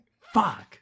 fuck